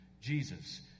Jesus